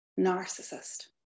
narcissist